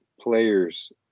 players